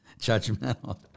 judgmental